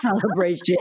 celebration